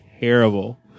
terrible